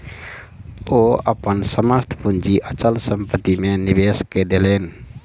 ओ अपन समस्त पूंजी अचल संपत्ति में निवेश कय देलैन